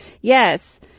Yes